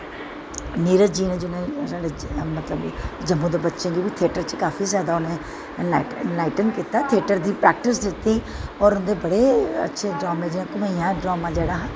नीरज़ जी नै जि'यां साढ़े मतलब जम्मू दे बच्चें गी बी थियेटर च काफी जैदा उ'नें कीता थियेटर दी प्रैकटिस दित्ती होर उं'दे बड़े अच्छे ड्रामें जेह्ड़े जि'यां घुमेइयां जेह्ड़ा ड्रामा हा